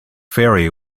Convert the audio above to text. ferry